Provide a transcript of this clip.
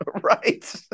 Right